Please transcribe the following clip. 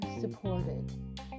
supported